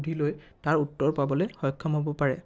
সুধি লৈ তাৰ উত্তৰ পাবলৈ সক্ষম হ'ব পাৰে